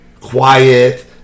quiet